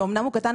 שאמנם הוא קטן,